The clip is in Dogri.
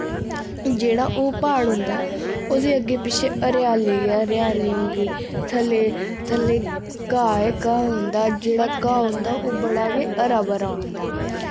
जेह्ड़ा ओ प्हाड़ होंदा ओह्दे अग्गें पिच्छे हरेआली गै हरेआली होंगी थल्लै थल्लै घाह् गै घाह् होंदा जेह्ड़ा घाह् होंदा ओ बड़ा गै हरा भरा होंदा